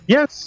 Yes